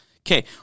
okay